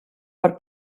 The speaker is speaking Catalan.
per